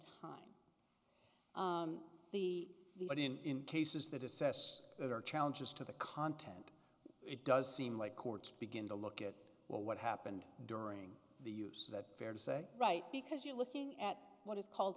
but in cases that assess that or challenges to the content it does seem like courts begin to look at what happened during the use of that fair to say right because you're looking at what is called